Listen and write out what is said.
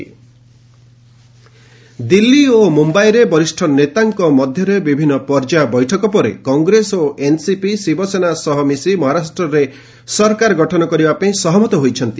ମହା ଗଭ୍ ପର୍ମେସନ୍ ଦିଲ୍ଲୀ ଓ ମୁମ୍ବାଇରେ ବରିଷ୍ଠ ନେତାଙ୍କ ମଧ୍ୟରେ ବିଭିନ୍ସ ପର୍ଯ୍ୟାୟ ବୈଠକ ପରେ କଂଗ୍ରେସ ଓ ଏନ୍ସିପି ଶିବସେନା ସହିତ ମିଶି ମହାରାଷ୍ଟ୍ରରେ ସରକାର ଗଠନ କରିବାପାଇଁ ସହମତ ହୋଇଛନ୍ତି